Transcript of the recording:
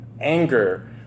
anger